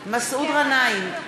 מסעוד גנאים,